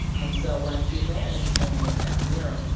and so when suzanne is staring at that mirror,